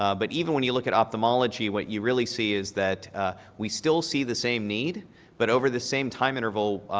ah but even when you look at ophthalmology, what you see is that we still see the same need but over the same time interval,